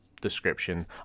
description